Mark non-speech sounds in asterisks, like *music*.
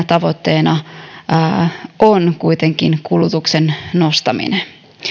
*unintelligible* tavoitteena on kuitenkin kulutuksen nostaminen